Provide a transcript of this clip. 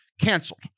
canceled